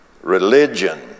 Religion